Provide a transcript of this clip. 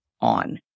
on